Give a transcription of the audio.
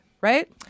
right